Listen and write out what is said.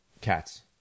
Cats